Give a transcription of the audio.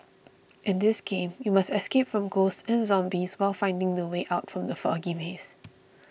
in this game you must escape from ghosts and zombies while finding the way out from the foggy maze